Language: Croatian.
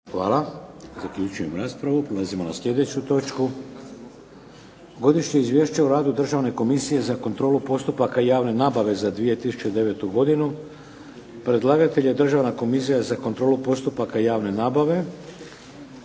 Vladimir (HDZ)** Prelazimo na sljedeću točku. - Godišnje izvješće o radu Državne komisije za kontrolu postupaka javne nabave za 2009. godinu Predlagatelj je Državna komisija za kontrolu postupaka javne nabave